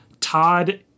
Todd